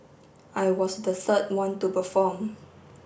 I was the third one to perform